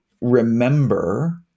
remember